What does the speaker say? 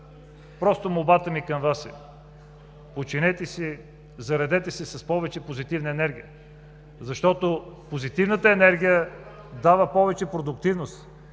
просто молбата ми към Вас е – починете си, заредете се с повече позитивна енергия, защото позитивната енергия дава повече продуктивност.